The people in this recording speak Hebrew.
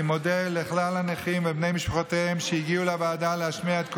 אני מודה לכל הנכים ובני משפחותיהם שהגיעו לוועדה להשמיע את קולם.